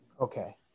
Okay